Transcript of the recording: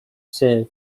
sef